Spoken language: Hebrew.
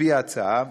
על-פי ההצעה,